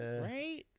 right